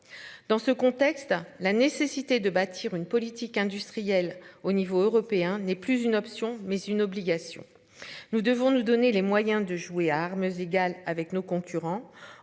Dans ce contexte, la nécessité de bâtir une politique industrielle au niveau européen n'est plus une option, mais une obligation. Nous devons nous donner les moyens de jouer à armes égales avec nos concurrents